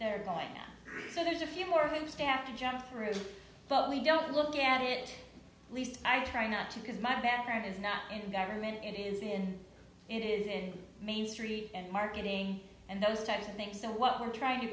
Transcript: there going so there's a few more his staff to jump through but we don't look at it at least i try not to because my background is not in government it is in it is in main street and marketing and those types of things so what we're trying to